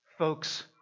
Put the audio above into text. Folks